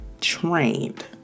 trained